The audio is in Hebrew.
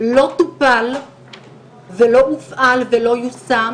לא טופל ולא הופעל ולא יושם,